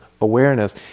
awareness